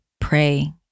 pray